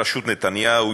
בראשות נתניהו,